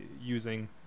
using